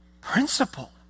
principle